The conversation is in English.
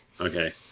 okay